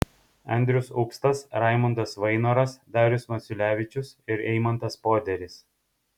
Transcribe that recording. andrius upstas raimundas vainoras darius maciulevičius ir eimantas poderis